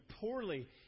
poorly